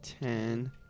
ten